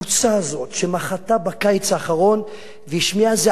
שמחתה בקיץ האחרון והשמיעה זעקה נוראה על